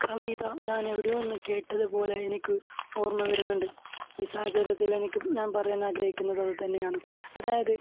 കവിത ഞാനെവിടെയോ ഒന്നു കേട്ടതു പോലെ എനിക്ക് ഓർമ്മ വരുന്നുണ്ട് ഈ സാഹചര്യത്തിൽ എനിക്കും ഞാൻ പറയാൻ ആഗ്രഹിക്കുന്നത് അതുതന്നെയാണ് അതായത്